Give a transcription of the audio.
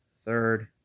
third